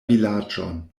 vilaĝon